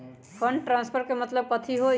Fund transfer के मतलब कथी होई?